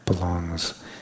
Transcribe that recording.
belongs